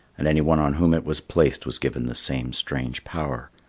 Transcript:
and anyone on whom it was placed was given the same strange power.